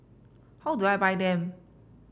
how do I buy them